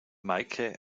meike